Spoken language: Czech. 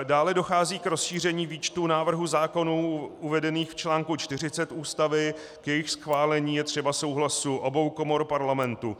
Dále dochází k rozšíření výčtu návrhů zákonů uvedených v článku 40 Ústavy, k jejichž schválení je třeba souhlasu obou komor Parlamentu.